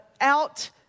out